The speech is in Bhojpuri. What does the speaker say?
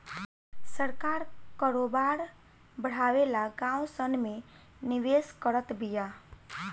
सरकार करोबार बड़ावे ला गाँव सन मे निवेश करत बिया